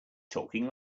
talking